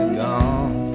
gone